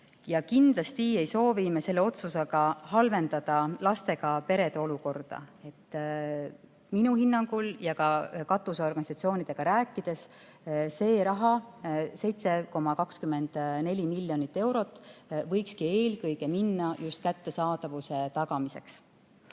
Ja kindlasti ei soovi me selle otsusega halvendada lastega perede olukorda. Minu hinnangul ja ka katusorganisatsioonidega sai räägitud, et see raha, 7,24 miljonit eurot, võikski eelkõige minna just kättesaadavuse tagamiseks. Teine